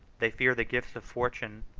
they fear the gifts of fortune,